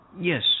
Yes